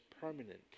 permanent